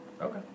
Okay